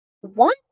One